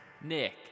Nick